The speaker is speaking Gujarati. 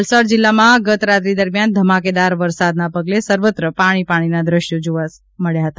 વલસાડ જિલ્લામાં ગતરાત્રિ દરમિયાન ધમાકેદાર વરસાદનાં પગલે સર્વત્ર પાણી પાણીનાં દેશ્યો સર્જાયા હતા